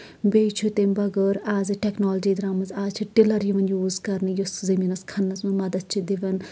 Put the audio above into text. بیٚیہِ چھَِ تَمہِ بَغٲر آز ٹیکنالوجی دارمٕژ آز چھِ ٹِلر یِوان یوٗز کرنہٕ یُس زمیٖن کھننَس منٛز مدد چھُ دِوان